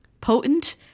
potent